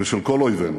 ושל כל אויבינו,